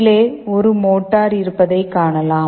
கீழே ஒரு மோட்டார் இருப்பதைக் காணலாம்